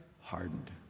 hardened